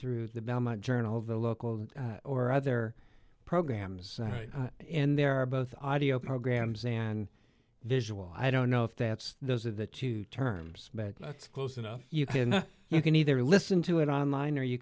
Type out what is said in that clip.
through the belmont journal the local or other programs in there are both audio programs and visual i don't know if that's those of the two terms but let's close enough you can you can either listen to it on line or you